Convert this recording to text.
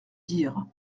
dire